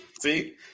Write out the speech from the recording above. See